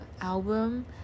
album